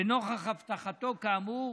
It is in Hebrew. לנוכח הבטחתו כאמור